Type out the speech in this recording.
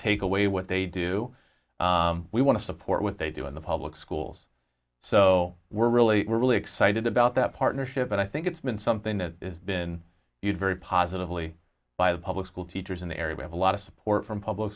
ake away what they do we want to support what they do in the public schools so we're really really excited about that partnership and i think it's been something that is been viewed very positively by the public school teachers in the area we have a lot of support from public